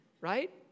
Right